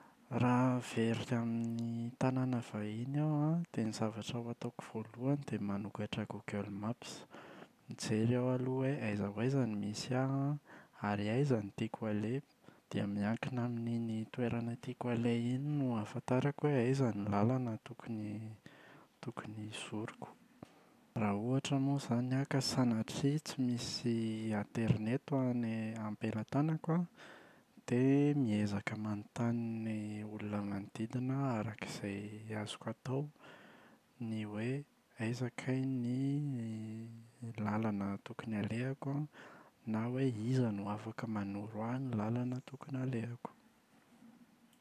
Raha very amin’ny tanàna vahiny aho an, dia ny zavatra ho ataoko voalohany dia manokatra Google Maps. Mijery aho aloha hoe aiza ho aiza no misy ahy an ary aiza no tiako aleha, dia miankina amin’iny toerana tiako aleha iny no ahafantarako hoe aiza ny lalana tokony tokony zoriko. Raha ohatra moa izany an ka sanatria tsy misy aterineto amin’ny am-pelantanako an, dia miezaka manontany ny olona manodidina aho araka izay azoko atao, ny hoe: aiza kay ny lalana tokony alehako na hoe iza no afaka manoro ahy ny lalana tokony alehako.